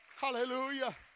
Hallelujah